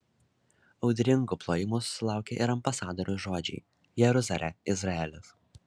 audringų plojimų susilaukė ir ambasadoriaus žodžiai jeruzalė izraelis